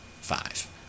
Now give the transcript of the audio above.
five